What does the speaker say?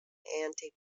anti